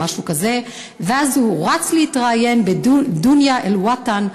ואז הוא רץ להתראיין ב"דוניא אל-וטן",